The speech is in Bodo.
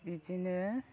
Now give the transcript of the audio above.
बिदिनो